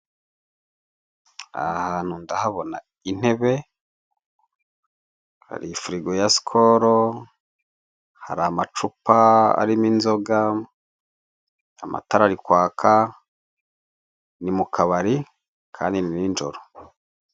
Aha hantu ndahabona intebe, hari firigo ya sikolo, hari amacupa arimo inzoga, amatara ari kwaka, ni mu kabari kandi ni ninjoro.